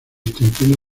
intestino